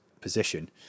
position